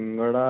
ସିଙ୍ଗଡ଼ା